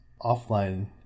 offline